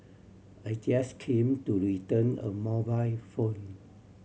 I just came to return a mobile phone